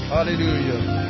Hallelujah